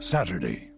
Saturday